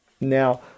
Now